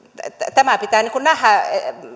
tämä pitää nähdä